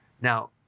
Now